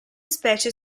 specie